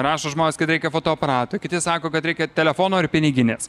rašo žmonės kad reikia fotoaparato kiti sako kad reikia telefono ar piniginės